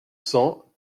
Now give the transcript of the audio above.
cent